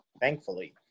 thankfully